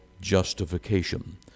justification